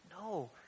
No